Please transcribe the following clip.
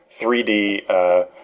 3D